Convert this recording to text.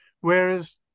Whereas